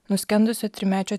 nuskendusio trimečio